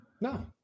No